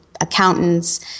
accountants